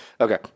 okay